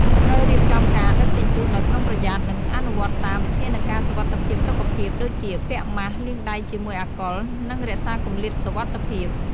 ត្រូវរៀបចំការដឹកជញ្ជូនដោយប្រុងប្រយ័ត្ន និងអនុវត្តតាម វិធានការសុវត្ថិភាពសុខភាព ដូចជា ពាក់ម៉ាស់ លាងដៃជាមួយអាល់កុល និងរក្សាគម្លាតសុវត្ថិភាព។